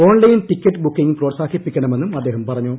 online ticket booking പ്രോത്സാഹിപ്പിക്കണമെന്നും അദ്ദേഹം പറഞ്ഞു